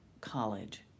college